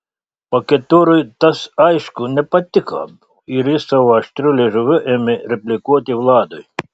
paketurui tas aišku nepatiko ir jis savo aštriu liežuviu ėmė replikuoti vladui